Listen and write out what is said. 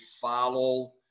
follow